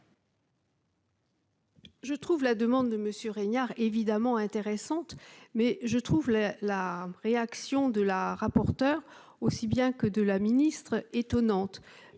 Je trouve la demande de Monsieur Régnard évidemment intéressante mais je trouve la réaction de la rapporteure, aussi bien que de la ministre étonnante,